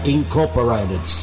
Incorporated